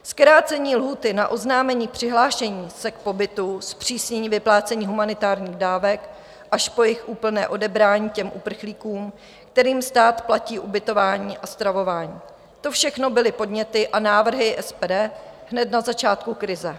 Zkrácení lhůty na oznámení přihlášení se k pobytu, zpřísnění vyplácení humanitárních dávek až po jejich úplné odebrání těm uprchlíkům, kterým stát platí ubytování a stravování to všechno byly podněty a návrhy SPD hned na začátku krize.